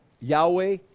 Yahweh